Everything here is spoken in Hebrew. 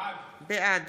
בעד